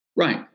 Right